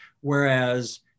Whereas